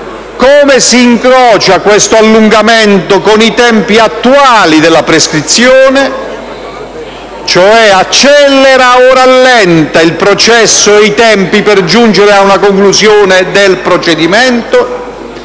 Come si incrocia questo allungamento con i tempi attuali della prescrizione? In sostanza, accelera o rallenta i tempi per giungere alla conclusione del procedimento?